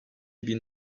bin